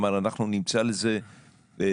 הוא אמר שהם ימצאו לזה פתרון,